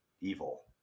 evil